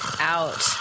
out